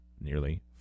nearly